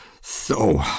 So